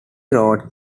wrote